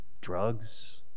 drugs